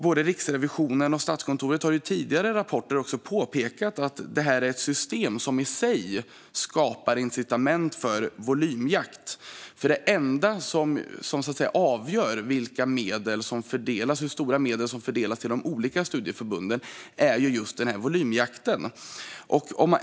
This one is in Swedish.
Både Riksrevisionen och Statskontoret har i tidigare rapporter påpekat att det här är ett system som i sig skapar incitament för volymjakt, för det enda som avgör hur stora medel som fördelas till de olika studieförbunden är just den här volymjakten.